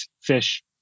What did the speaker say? fish